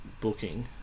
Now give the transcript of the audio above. booking